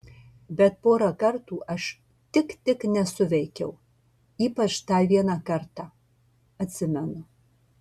bet porą kartų aš tik tik nesuveikiau ypač tą vieną kartą atsimenu